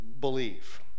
believe